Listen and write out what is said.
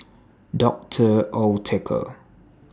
Doctor Oetker